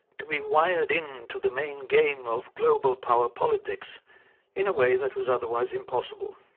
to be wired in to the main game of global power politics in a way that was otherwise impossible.